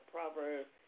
Proverbs